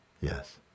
Yes